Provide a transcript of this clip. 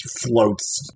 floats